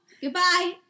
Goodbye